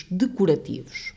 decorativos